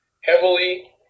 heavily